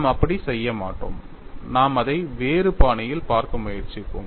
நாம் அப்படி செய்ய மாட்டோம் நாம் அதை வேறு பாணியில் பார்க்க முயற்சிப்போம்